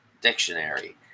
Dictionary